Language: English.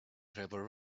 trevor